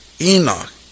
Enoch